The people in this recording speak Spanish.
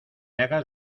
hagas